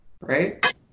right